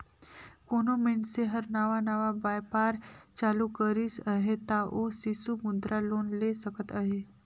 कोनो मइनसे हर नावा नावा बयपार चालू करिस अहे ता ओ सिसु मुद्रा लोन ले सकत अहे